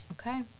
Okay